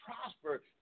prosper